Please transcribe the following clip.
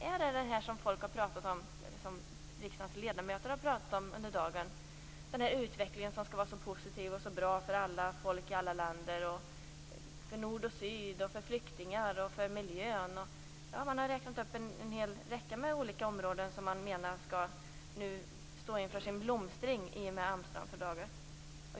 Är det det som riksdagens ledamöter har pratat om under dagen - den utveckling som skall vara så positiv och bra för folk i alla länder, för nord och syd, för flyktingar, för miljön osv? Man har räknat upp en hel räcka med olika områden som man menar skall stå inför sin blomstring nu i och med Amsterdamfördraget.